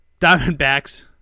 Diamondbacks